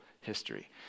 history